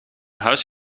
huis